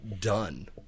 done